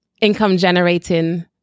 income-generating